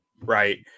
right